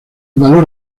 valor